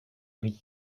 rient